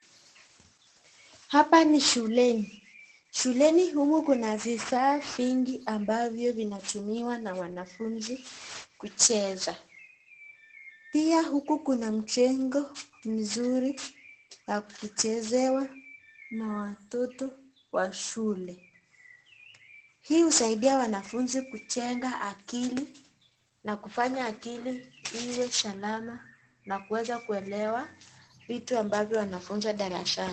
Hapa ni shuleni , shuleni humu kuna vifaa vingi ambavyo vinatumiwa na wanafunzi kucheza, pia huku kuna mchengo mzuri ya kuchezewa na watoto wa shule, hii usaidia wanafunzi mujenga akili na kufanya akili iwe salama na kueza kuelewa vitu ambavyo anafunzwa darasani.